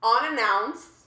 unannounced